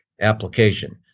application